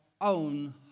own